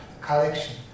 collection